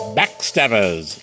backstabbers